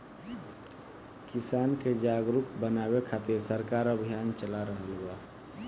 किसान के जागरुक बानवे खातिर सरकार अभियान चला रहल बा